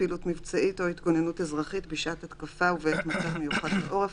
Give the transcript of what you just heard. פעילות מבצעית או התגוננות אזרחית בשעת התקפה ובעת מצב מיוחד בעורף